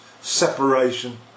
separation